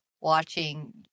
watching